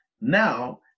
Now